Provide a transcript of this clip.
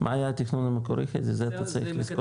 מה היה התכנון המקורי, חזי, זה אתה צריך לזכור.